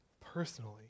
personally